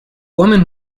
woman